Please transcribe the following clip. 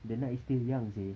the night is still young seh